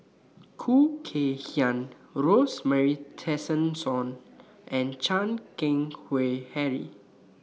Khoo Kay Hian Rosemary Tessensohn and Chan Keng Howe Harry